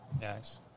Nice